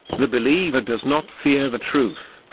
the believer does not fear the truth,